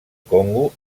congo